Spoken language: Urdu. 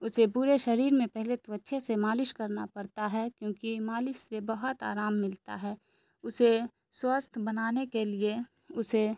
اسے پورے شریر میں پہلے تو اچھے سے مالش کرنا پڑتا ہے کیونکہ مالش سے بہت آرام ملتا ہے اسے سوستھ بنانے کے لیے اسے